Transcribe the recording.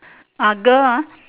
ah girl ah